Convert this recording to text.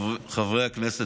חברי הכנסת,